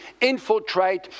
infiltrate